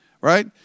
right